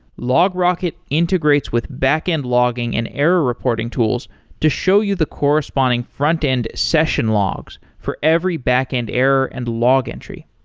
logrocket integrates with backend logging and error reporting tools to show you the corresponding frontend session logs for every backend error and log entry.